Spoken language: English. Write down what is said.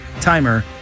timer